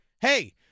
hey